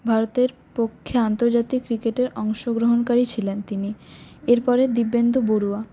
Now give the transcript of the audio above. ভারতের পক্ষে আন্তর্জাতিক ক্রিকেটের অংশগ্রহণকারী ছিলেন তিনি এরপরে দিব্যেন্দু বড়ুয়া